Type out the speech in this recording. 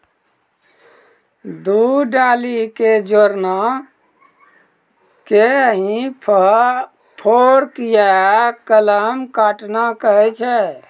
दू डाली कॅ जोड़ना कॅ ही फोर्क या कलम काटना कहै छ